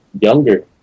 younger